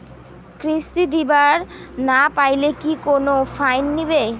কিস্তি দিবার না পাইলে কি কোনো ফাইন নিবে?